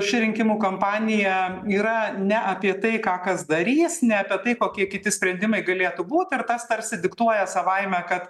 ši rinkimų kampanija yra ne apie tai ką kas darys ne apie tai kokie kiti sprendimai galėtų būt ir tas tarsi diktuoja savaime kad